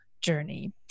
journey